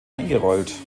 eingerollt